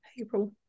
April